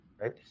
right